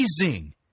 amazing